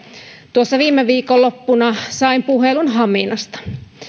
viime viikonloppuna sain puhelun haminasta